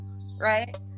right